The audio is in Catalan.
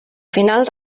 final